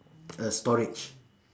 a storage